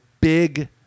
big